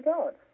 God